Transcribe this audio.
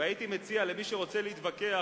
הייתי מציע למי שרוצה להתווכח,